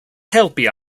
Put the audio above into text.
helpi